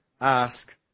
ask